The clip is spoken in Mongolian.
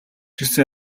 гэсэн